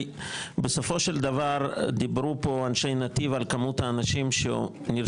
יש מקומות בעולם שגורמים